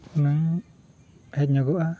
ᱦᱩᱱᱟᱝ ᱦᱮᱡ ᱧᱚᱜᱚᱜᱼᱟ